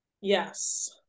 Yes